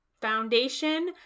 foundation